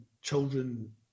children